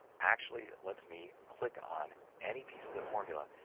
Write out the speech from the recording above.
actually lets me click on any piece of the formula,